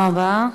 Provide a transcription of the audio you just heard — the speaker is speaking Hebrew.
תודה רבה.